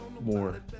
more